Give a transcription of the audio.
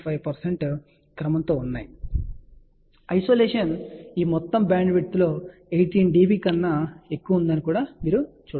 కాబట్టి ఐసోలేషన్ ఈ మొత్తం బ్యాండ్విడ్త్ లో 18 dB కన్నా ఎక్కువ ఉందని మీరు చూడవచ్చు